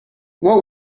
what